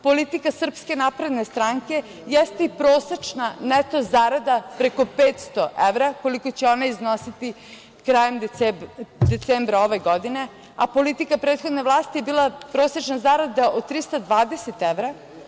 Politika SNS jeste i prosečna neto zarada preko 500 evra, koliko će ona iznositi krajem decembra ove godine, a politika prethodne vlasti je bila prosečna zarada od 320 evra.